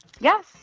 Yes